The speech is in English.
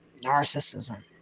Narcissism